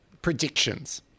Predictions